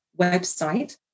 website